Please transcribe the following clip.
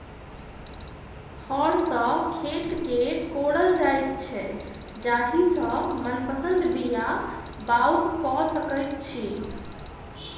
हर सॅ खेत के कोड़ल जाइत छै जाहि सॅ मनपसंद बीया बाउग क सकैत छी